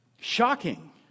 Shocking